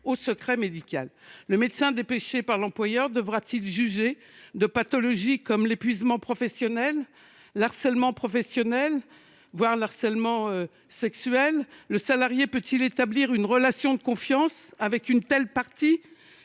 au secret médical. Le médecin dépêché par l’employeur devra t il juger de pathologies comme l’épuisement professionnel, le harcèlement professionnel, voire le harcèlement sexuel ? Le salarié peut il établir une relation de confiance avec une telle partie ?